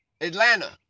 Atlanta